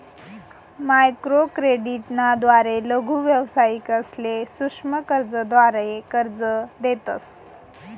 microcredit ना द्वारे लघु व्यावसायिकसले सूक्ष्म कर्जाद्वारे कर्ज देतस